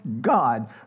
God